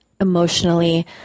emotionally